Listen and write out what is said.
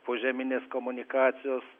požeminės komunikacijos